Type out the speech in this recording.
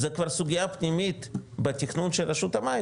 זו כבר סוגייה פנימית בתכנון של רשות המים,